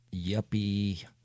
yuppie